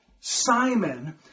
Simon